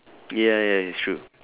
ya ya it's true